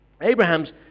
Abraham's